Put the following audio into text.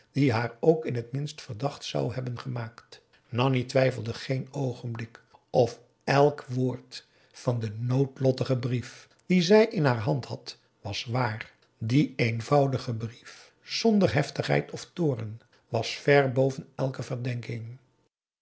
die haar ook in t minst verdacht zou hebben gemaakt nanni twijfelde geen oogenblik of elk woord van den noodlottigen brief dien zij in haar hand had was waar die eenvoudige brief zonder heftigheid of toorn was ver boven elke verdenking